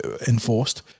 enforced